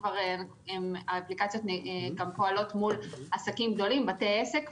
האפליקציות כבר פועלות מול עסקים ובתי עסק גדולים,